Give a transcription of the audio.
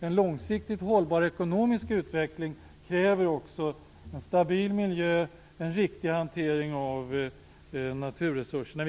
En långsiktigt hållbar ekonomisk utveckling kräver faktiskt också en stabil miljö och en riktig hantering av naturresurserna.